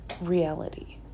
reality